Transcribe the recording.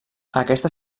aquesta